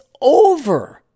over